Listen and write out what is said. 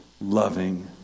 loving